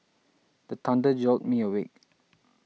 the thunder jolt me awake